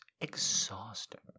exhausting